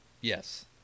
Yes